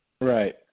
Right